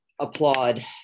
applaud